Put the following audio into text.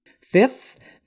Fifth